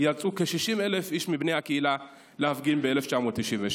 יצאו כ-60,000 איש מבני הקהילה להפגין ב-1996.